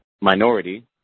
minority